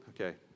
Okay